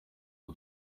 ngo